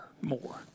more